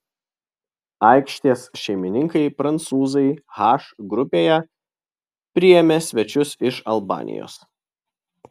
aikštės šeimininkai prancūzai h grupėje priėmė svečius iš albanijos